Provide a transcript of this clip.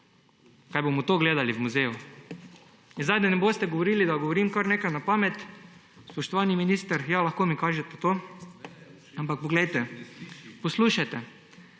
Kaj bomo to gledali v muzeju?! In da ne boste govorili, da govorim kar nekaj na pamet, spoštovani minister, ja, lahko mi kažete to, ampak poslušajte: